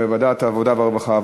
בוועדת העבודה והרווחה,